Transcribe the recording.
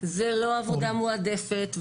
זה לא עבודה מועדפת,